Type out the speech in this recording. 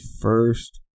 First